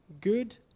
Good